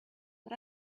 but